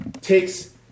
takes